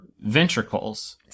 ventricles